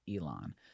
Elon